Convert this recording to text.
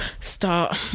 start